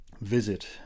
visit